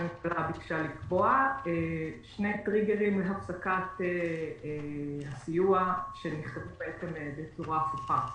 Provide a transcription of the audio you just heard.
הממשלה ביקשה לקבוע שני טריגרים להפסקת הסיוע שנכלל בעצם בצורה הפוכה.